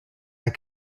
had